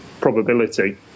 probability